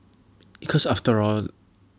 because after all